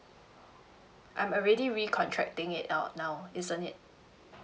I'm already recontracting it out now isn't it